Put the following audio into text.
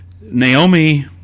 Naomi